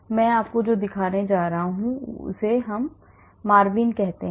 मैं आपको दिखाने जा रहा हूं जिसे MARVIN कहा जाता है